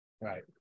Right